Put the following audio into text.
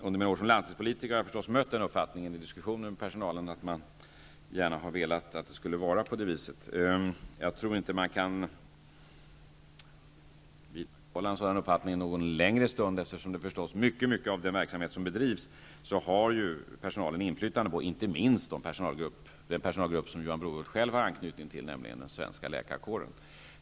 Under mina år som landstingspolitiker har jag mött den uppfattningen i diskussioner med personalen. Man har gärna velat att det skulle vara på det viset. Jag tror inte att man kan vidhålla en sådan uppfattning någon längre stund. Personalen har inflytande över mycket av den verksamhet som bedrivs, inte minst den personalgrupp som Johan Brohult själv har anknytning till, nämligen den svenska läkarkåren.